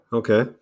okay